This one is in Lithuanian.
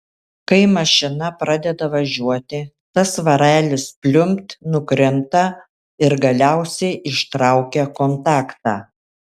kai mašina pradeda važiuoti tas svarelis pliumpt nukrinta ir galiausiai ištraukia kontaktą